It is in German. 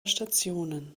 stationen